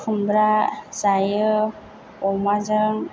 खुमब्रा जायो अमाजों